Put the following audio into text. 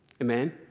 Amen